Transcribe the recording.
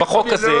--- בחוק הזה,